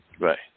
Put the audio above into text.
Right